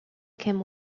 came